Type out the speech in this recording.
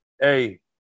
Hey